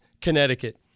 Connecticut